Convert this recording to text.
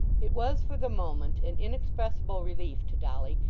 it was for the moment an inexpressible relief to dolly,